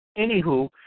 anywho